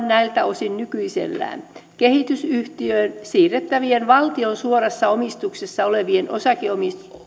näiltä osin nykyisellään kehitysyhtiöön siirrettävien valtion suorassa omistuksessa olevien osakeomistusten